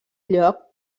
lloc